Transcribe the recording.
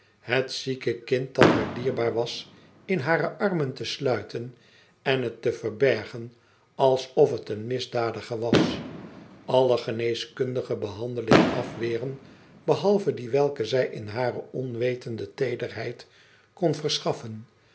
het zieke kind dat haar dierbaar was in hare aen te sluiten en het te verbergen alsof het een misdadiger was alle geneeskundige behandeling afweren behalve die welke zij in hare onwetende teederheid kon verschaffen